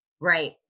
Right